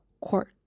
court